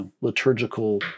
liturgical